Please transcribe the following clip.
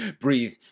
breathe